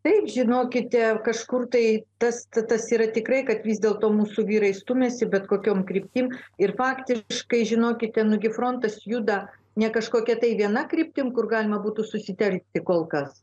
tai žinokite kažkur tai tas yra tikrai kad vis dėlto mūsų vyrai stumiasi bet kokiom kryptim ir faktiškai žinokite frontas juda ne kažkokia tai viena kryptim kur galima būtų susitarti kol kas